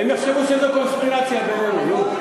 הם יחשבו שזה קונספירציה בינינו, נו.